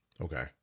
Okay